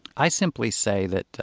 i simply say that